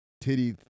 titty